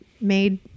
made